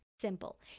simple